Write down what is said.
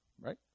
right